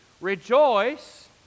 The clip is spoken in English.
Rejoice